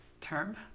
term